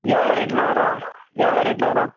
எவ்வளோ ரேட்ணா வரும் எவ்வளோ ரேட்டில் வரும்